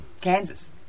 Kansas